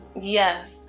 Yes